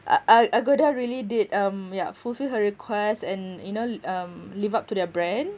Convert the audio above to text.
ag~ ag~ agoda really did um yeah fulfill her request and you know um live up to their brand